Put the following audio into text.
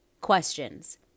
questions